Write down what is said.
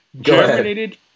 Germinated